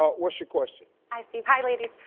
ah what's your question? hi steve, hi ladies.